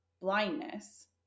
blindness